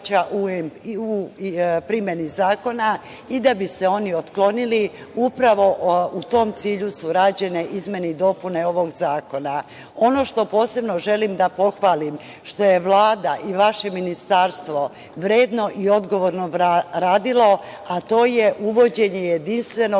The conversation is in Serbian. u primeni zakona i da bi se oni otklonili, upravo u tom cilju su rađene izmene i dopune ovog zakona. Ono što posebno želim da pohvalim, što je Vlada i vaše Ministarstvo vredno i odgovorno radilo, a to je uvođenje jedinstvenog